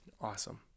awesome